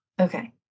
Okay